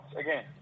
again